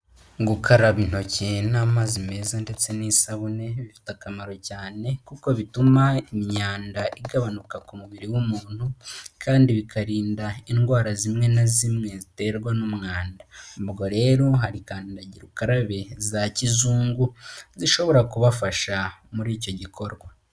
Gukaraba intoki n'amazi meza ndetse n'isabune, bifite akamaro cyane, kuko bituma imyanda igabanuka ku mubiri w'umuntu, kandi bikarinda indwara zimwe na zimwe ziterwa n'umwanda. Ubwo rero hari kandagirukarabe za kizungu, zishobora kubafasha muri icyo gikorwa.